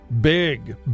big